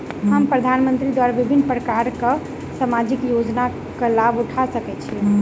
हम प्रधानमंत्री द्वारा विभिन्न प्रकारक सामाजिक योजनाक लाभ उठा सकै छी?